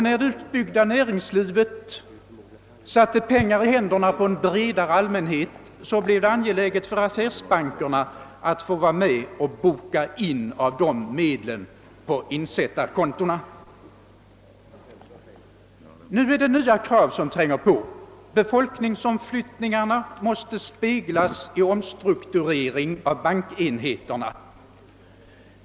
När det utbyggda näringslivet satte pengar i händerna på en bredare allmänhet, blev det angeläget för affärsbankerna att få vara med och boka in av dessa medel på insättarkontona. Nu tränger nya krav på. Befolkningsomflyttningarna måste speglas i omstrukturering av bankenheterna.